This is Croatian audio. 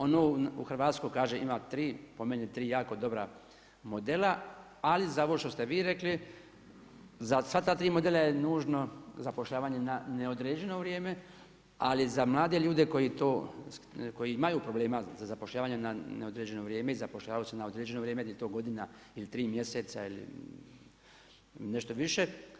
Ono u Hrvatskoj kaže ima tri, po meni 3 jako dobra modela, ali za ovo što ste vi rekli za sva ta tri modela je nužno zapošljavanje na neodređeno vrijeme ali za mlade ljude koji imaju problema za zapošljavanje na neodređeno vrijeme i zapošljavaju se na određeno vrijeme gdje je to godina ili 3 mjeseca ili nešto više.